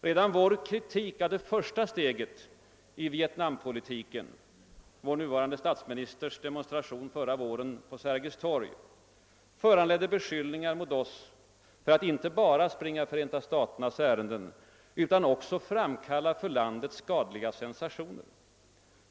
Redan vår kritik av det första steget i Vietnampolitiken — vår nuvarande statsministers demonstration förra våren på Sergels torg — föranledde beskyllningar mot oss för att inte bara springa Förenta staternas ärenden utan också framkalla för landet skadliga sensationer.